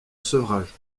sevrage